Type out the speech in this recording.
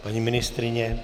Paní ministryně?